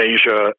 Asia